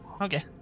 Okay